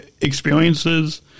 experiences